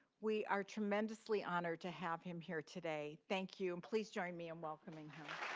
we are tremendously honored to have him here today. thank you, and please join me in welcoming him.